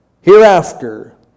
hereafter